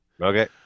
Okay